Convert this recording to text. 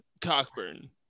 Cockburn